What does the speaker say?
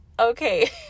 Okay